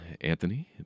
Anthony